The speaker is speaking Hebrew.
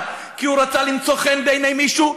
כי הוא רצה למצוא חן בעיני מישהו,